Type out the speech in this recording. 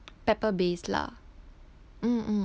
pepper based lah mm mm